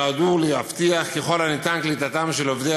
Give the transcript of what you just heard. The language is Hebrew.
שנועדו להבטיח ככל האפשר קליטה של עובדי